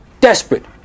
Desperate